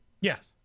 Yes